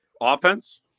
Offense